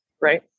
right